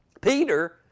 Peter